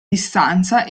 distanza